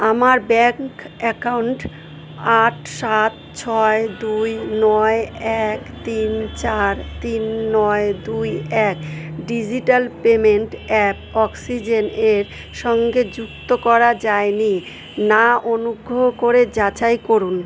আমার bank account আট সাত ছয় দুই নয় এক তিন চার তিন নয় দুই এক ডিজিটাল পেমেন্ট অ্যাপ অক্সিজেন এর সঙ্গে যুক্ত করা যায় নি না অনুগ্রহ করে যাচাই করুন